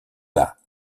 bas